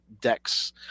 decks